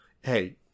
hey